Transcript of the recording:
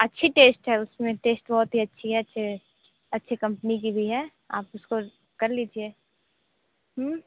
अच्छी टेस्ट है उसमें टेस्ट बहुत ही अच्छी है अच्छी कंपनी की भी है आप उसको कर लीजिये